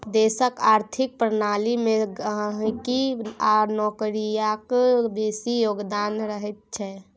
देशक आर्थिक प्रणाली मे गहिंकी आ नौकरियाक बेसी योगदान रहैत छै